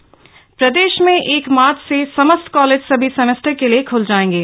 college प्रदेश भर में एक मार्च से समस्त कालेज सभी समेस्टर के लिए ख्ल जाएंगे